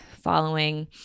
following